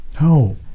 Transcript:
No